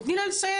תני לה לסיים